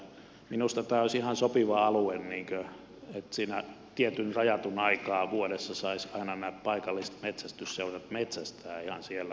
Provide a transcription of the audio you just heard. minusta tämä olisi ihan sopiva alue niin että siinä tietyn rajatun ajan vuodesta saisivat aina nämä paikalliset metsästysseurat metsästää ihan siellä